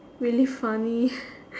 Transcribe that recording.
really funny